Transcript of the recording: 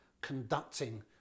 conducting